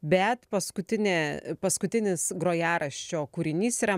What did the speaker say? bet paskutinė paskutinis grojaraščio kūrinys yra